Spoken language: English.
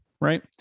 right